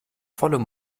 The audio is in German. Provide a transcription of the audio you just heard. vollem